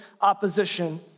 opposition